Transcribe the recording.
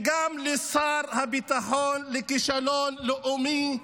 גם השר הביטחון לכישלון לאומי,